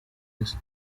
isi